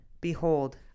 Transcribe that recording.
Behold